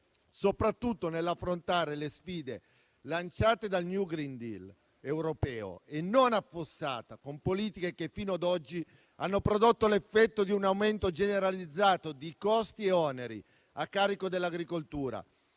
soprattutto nell'affrontare le sfide lanciate dal *green new deal* europeo e non affossata con politiche che fino ad oggi hanno prodotto l'effetto di un aumento generalizzato di costi e oneri a carico dell'agricoltura